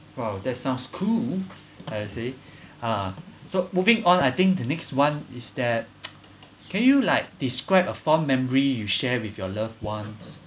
!wow! that sounds cool I would say ah so moving on I think the next one is that can you like describe a fond memory you share with your loved ones